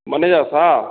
manager Saheb